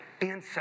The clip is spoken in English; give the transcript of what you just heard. Inside